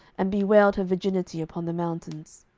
and bewailed her virginity upon the mountains.